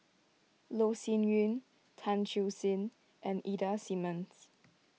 Loh Sin Yun Tan Siew Sin and Ida Simmons